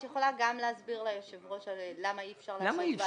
את יכולה גם להסביר ליושב ראש למה אי אפשר